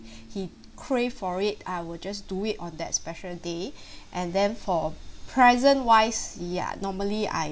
he crave for it I will just do it on that special day and then for present wise ya normally I